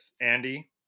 Andy